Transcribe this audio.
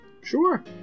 Sure